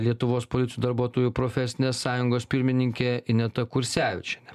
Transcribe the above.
lietuvos policijų darbuotojų profesinės sąjungos pirmininkė ineta kursevičienė